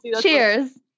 cheers